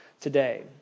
today